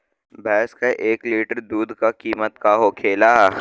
भैंस के एक लीटर दूध का कीमत का होखेला?